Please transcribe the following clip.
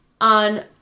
On